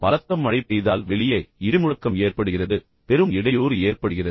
பலத்த மழை பெய்து கொண்டிருந்தால் வெளியே இடிமுழக்கம் ஏற்படுகிறது பின்னர் வெளியே பெரும் இடையூறு ஏற்படுகிறது